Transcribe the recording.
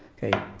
okay,